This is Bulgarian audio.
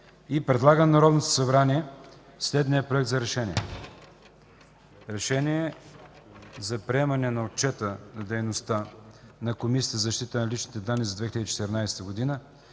предлага на Народното събрание следния Проект за решение: РЕШЕНИЕ за приемане на Отчета за дейността на Комисията за защита на личните данни за 2014 г.